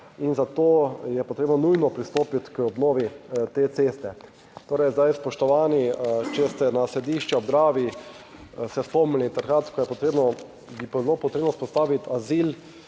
in zato je potrebno nujno pristopiti k obnovi te ceste. Torej, zdaj spoštovani, če ste na Središču ob Dravi se spomnili takrat, ko je potrebno, bi bilo potrebno vzpostaviti azil